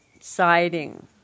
siding